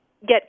get